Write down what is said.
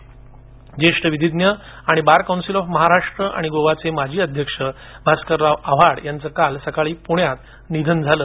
निधन ज्येष्ठ विधिज्ञ आणि बार कौन्सिल ऑफ महाराष्ट्र आणि गोवाचे माजी अध्यक्ष भास्करराव आव्हाड यांचं काल सकाळी पुण्यात निधन झालं